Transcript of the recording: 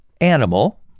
animal